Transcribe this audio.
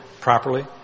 properly